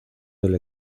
del